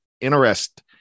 interest